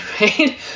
right